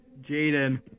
Jaden